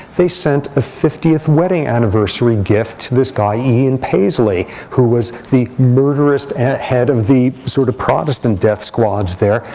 they sent a fiftieth wedding anniversary gift to this guy ian paisley, who was the murderous head of the sort of protestant death squads there.